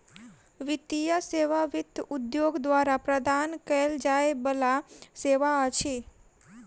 वित्तीय सेवा वित्त उद्योग द्वारा प्रदान कयल जाय बला सेवा अछि